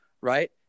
right